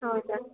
ಹೌದಾ